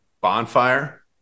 bonfire